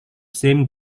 same